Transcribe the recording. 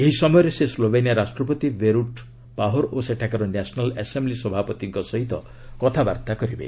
ଏହି ସମୟରେ ସେ ସ୍ଲୋବେନିଆ ରାଷ୍ଟ୍ରପତି ବୋରୁଟ୍ ପାହୋର ଓ ସେଠାକାର ନ୍ୟାସନାଲ୍ ଆସେମ୍କି ସଭାପତିଙ୍କ ସହ କଥାବାର୍ତ୍ତା କରିବେ